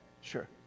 Sure